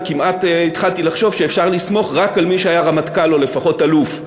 וכמעט התחלתי לחשוב שאפשר לסמוך רק על מי שהיה רמטכ"ל או לפחות אלוף.